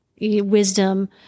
wisdom